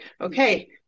okay